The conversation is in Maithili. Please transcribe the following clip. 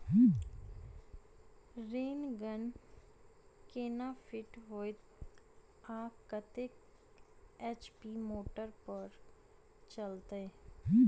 रेन गन केना फिट हेतइ आ कतेक एच.पी मोटर पर चलतै?